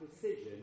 precision